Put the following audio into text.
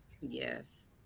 Yes